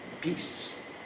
peace